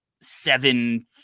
seven